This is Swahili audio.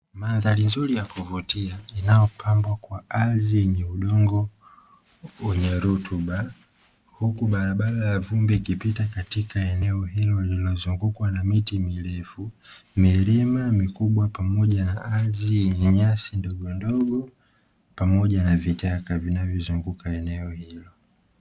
Mandhari nzuri ya kuvutia inayopambwa kwa ardhi yenye udongo wenye rutuba, huku barabara ya vumbi ikipita katika eneo hilo lililozungukwa na miti mirefu, milima mikubwa pamoja na ardhi yenye nyasi ndogondogo pamoja na vichaka vinavyozunguka eneo hilo.